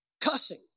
cussing